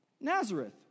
Nazareth